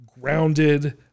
grounded